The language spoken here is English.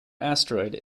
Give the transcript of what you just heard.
asteroid